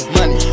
Money